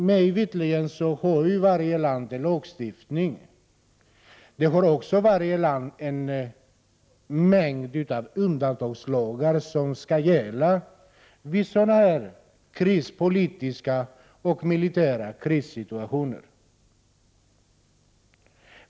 Mig veterligt har varje land en lagstiftning och också en mängd undantagslagar som skall träda i kraft vid politiska och militära krissituationer.